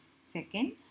Second